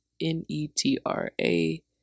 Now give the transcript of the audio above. N-E-T-R-A